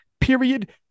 period